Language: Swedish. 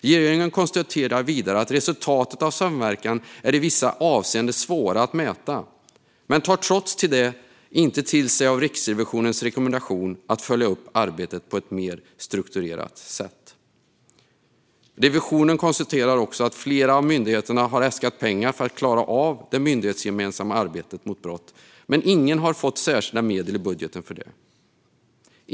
Regeringen konstaterar vidare att resultaten av samverkan i vissa avseenden är svåra att mäta men tar trots det inte till sig av Riksrevisionens rekommendation att följa upp arbetet på ett mer strukturerat sätt. Riksrevisionen konstaterar också att flera av myndigheterna har äskat pengar för att klara av det myndighetsgemensamma arbetet mot brott, men ingen har fått särskilda medel i budgeten för detta.